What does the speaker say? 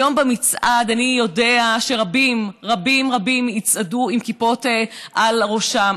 היום במצעד אני יודע שרבים רבים רבים יצעדו עם כיפות על ראשם,